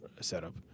setup